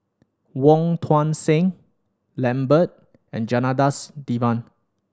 Wong Tuang Seng Lambert and Janadas Devan